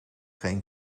geen